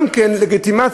גם כן לגיטימציה,